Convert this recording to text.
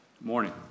Morning